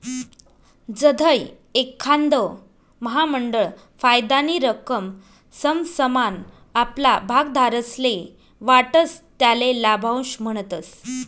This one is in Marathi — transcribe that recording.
जधय एखांद महामंडळ फायदानी रक्कम समसमान आपला भागधारकस्ले वाटस त्याले लाभांश म्हणतस